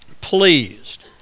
pleased